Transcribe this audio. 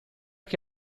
che